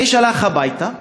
האיש הלך הביתה.